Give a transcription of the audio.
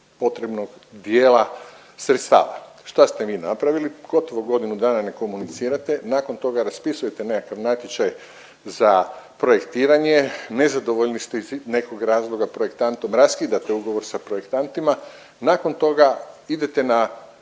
potrebnog dijela sredstava. Šta ste vi napravili? Gotovo godinu dana ne komunicirate, nakon toga raspisujete nekakav natječaj za projektiranje, nezadovoljni ste iz nekog razloga projektantom, raskidate ugovor sa projektantima, nakon toga idete na